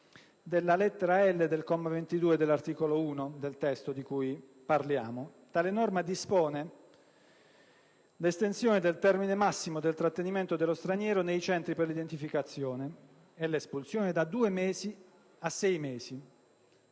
dell'articolo 1, comma 22, lettera *l)*, del testo di cui parliamo. Tale norma dispone l'estensione del termine massimo del trattenimento dello straniero nei centri per l'identificazione e l'espulsione da due a sei mesi